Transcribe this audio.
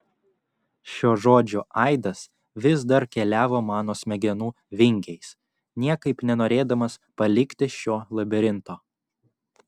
šio žodžio aidas vis dar keliavo mano smegenų vingiais niekaip nenorėdamas palikti šio labirinto